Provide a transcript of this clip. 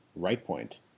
RightPoint